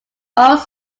both